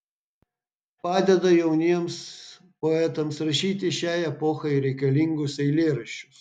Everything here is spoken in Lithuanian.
padeda jauniems poetams rašyti šiai epochai reikalingus eilėraščius